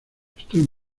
estoy